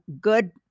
good